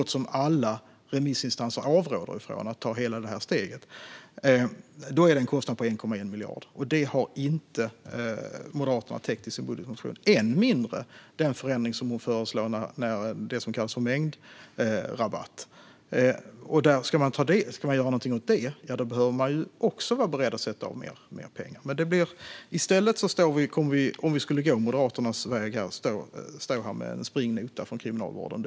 Att ta hela detta steg avråder för övrigt så gott som alla remissinstanser från. Moderaterna har inte täckt upp för dessa kostnader i sin budgetmotion, och än mindre för den förändring som Ellen Juntti förslår vad gäller det som kallas mängdrabatt. Ska man göra något åt den måste man också vara beredd att avsätta mer pengar. Om vi skulle gå Moderaternas väg skulle vi stå med en springnota från Kriminalvården.